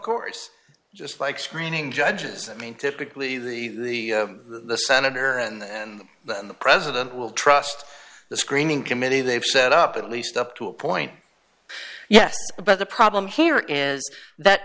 course just like screening judges i mean typically the the senator and the president will trust the screening committee they've set up at least up to a point yes but the problem here is that